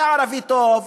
זה ערבי טוב.